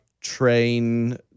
Train